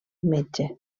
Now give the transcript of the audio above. metge